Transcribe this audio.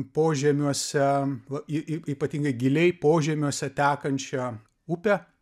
požemiuose i i ypatingai giliai požemiuose tekančią upę